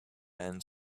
man